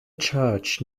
church